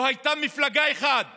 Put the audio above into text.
לא הייתה מפלגה אחת